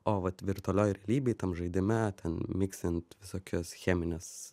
o vat virtualioj realybėj tam žaidime ten miksint visokias chemines